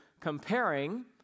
comparing